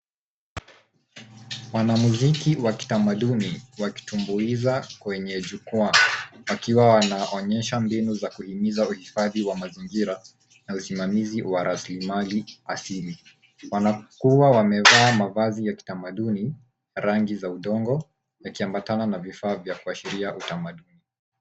Wanamuziki wa kitamaduni wakitumbuiza kwenye jukwaa wakiwa wanaonyesha mbinu za kuhimiza uhifadhi wa mazingira na usimamizi wa rasilimali asili. Wanapokuwa wamevaa mavazi ya kitamaduni, rangi za udongo yakiambatana na vifaa vya kuashiria utamaduni.